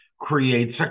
creates